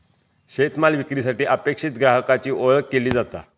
शेतमाल विक्रीसाठी अपेक्षित ग्राहकाची ओळख केली जाता